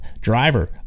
Driver